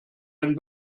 ein